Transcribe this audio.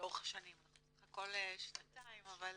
אמנם אנחנו בסך הכל שנתיים אבל